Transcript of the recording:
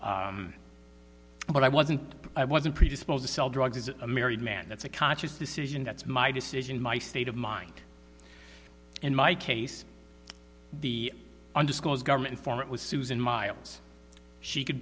um but i wasn't i wasn't predisposed to sell drugs as a married man that's a conscious decision that's my decision my state of mind in my case the undisclosed government for it was susan miles she c